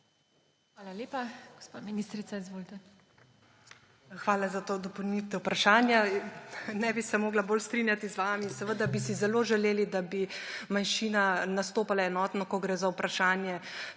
Hvala lepa. Gospa ministrica, izvolite. **DR. HELENA JAKLITSCH:** Hvala za dopolnitev vprašanja. Ne bi se mogla bolj strinjati z vami. Seveda bi si zelo želeli, da bi manjšina nastopala enotno, ko gre za vprašanje